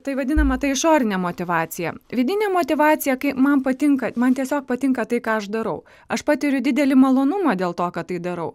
tai vadinama ta išorinė motyvacija vidinė motyvacija kai man patinka man tiesiog patinka tai ką aš darau aš patiriu didelį malonumą dėl to kad tai darau